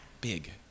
big